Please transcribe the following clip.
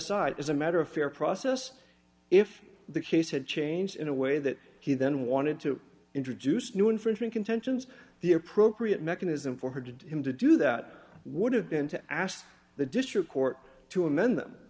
site is a matter of fair process if the case had changed in a way that he then wanted to introduce new infringement contentions the appropriate mechanism for her to him to do that would have been to ask the district court to amend the